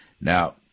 Now